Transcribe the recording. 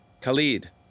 Khalid